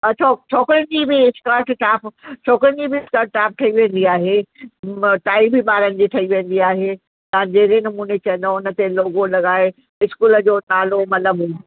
छो छोकिरियुनि जी बि स्कर्ट टॉप छोकिरियुनि जी बि स्कर्ट टॉप ठही वेंदी आहे टाइ बि ॿारनि जी ठही वेंदी आहे तव्हां जहिड़े नमूने चवंदव उन ते लोगो लॻाए स्कूल जो नालो मतिलबु